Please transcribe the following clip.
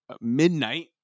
midnight